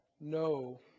no